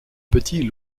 petit